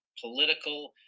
political